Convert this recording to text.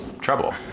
trouble